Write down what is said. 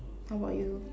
how about you